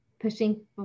pushing